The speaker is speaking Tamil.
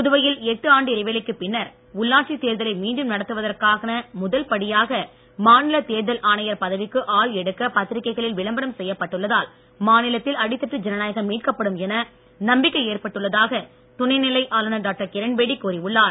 புதுவையில் எட்டு ஆண்டு இடைவெளிக்குப் பின்னர் உள்ளாட்சித் தேர்தலை மீண்டும் நடத்துவதற்கான முதல்படியாக மாநில தேர்தல் ஆணையர் பதவிக்கு ஆள் எடுக்க பத்திரிகைகளில் விளம்பரம் வெளியிடப்பட்டுள்ளதால் மாநிலத்தில் அடித்தட்டு ஜனநாயகம் மீட்கப்படும் என நம்பிக்கை ஏற்பட்டுள்ளதாக துணைநிலை ஆளுநர் டாக்டர் கிரண்பேடி கூறியுள்ளார்